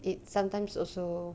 it sometimes also